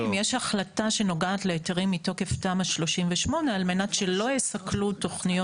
יש החלטה שנוגעת להיתרים מתוקף תמ"א 38 על מנת שלא יסכלו תוכניות.